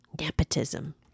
Nepotism